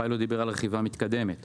הפיילוט דיבר על רכיבה מתקדמת,